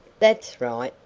that's right,